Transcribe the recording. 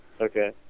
Okay